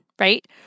right